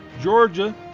Georgia